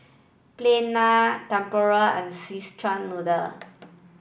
plain naan Tempoyak and Szechuan noodle